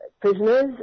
prisoners